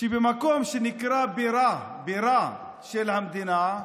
שבמקום שנקרא "בירה", בירה של המדינה,